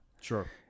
sure